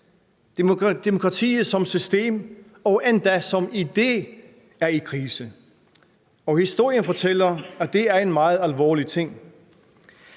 Demokratiet som system og endda som idé er i krise. Og historien fortæller, at det er en megen alvorlig ting.